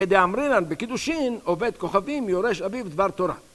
כדאמרינן בקידושין עובד כוכבים יורש אביו דבר תורה